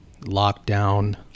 lockdown